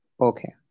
Okay